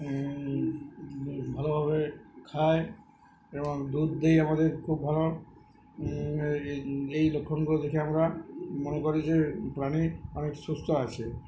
ভালোভাবে খায় এবং দুধ দই আমাদের খুব ভালো এই লক্ষণগুলো দেখে আমরা মনে করি যে প্রাণী অনেক সুস্থ আছে